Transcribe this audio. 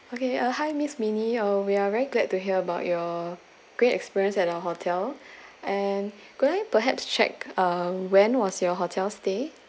okay uh hi miss fini um we are very glad to hear about your great experience at our hotel and could I perhaps check um when was your hotel stay